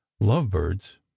lovebirds